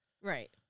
right